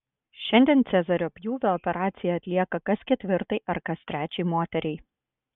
šiandien cezario pjūvio operacija atlieka kas ketvirtai ar kas trečiai moteriai